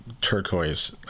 turquoise